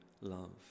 love